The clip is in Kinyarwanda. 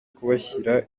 kubashyira